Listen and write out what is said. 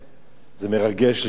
זה מרגש לשמוע.